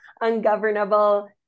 ungovernable